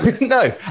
No